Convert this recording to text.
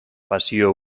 pasio